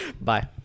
bye